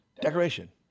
Decoration